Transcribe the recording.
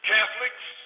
Catholics